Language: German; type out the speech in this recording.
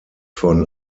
von